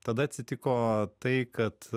tada atsitiko tai kad